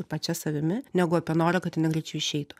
pačia savimi negu apie norą kad jinai greičiau išeitų